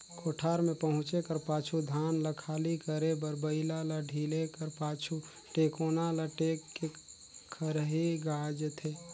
कोठार मे पहुचे कर पाछू धान ल खाली करे बर बइला ल ढिले कर पाछु, टेकोना ल टेक के खरही गाजथे